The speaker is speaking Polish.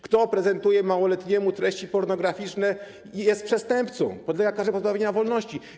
Kto prezentuje małoletniemu treści pornograficzne, jest przestępcą, podlega karze pozbawienia wolności.